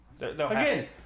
Again